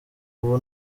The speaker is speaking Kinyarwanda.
ubu